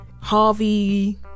harvey